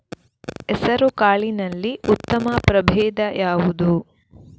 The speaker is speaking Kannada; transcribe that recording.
ಹೆಸರುಕಾಳಿನಲ್ಲಿ ಉತ್ತಮ ಪ್ರಭೇಧ ಯಾವುದು?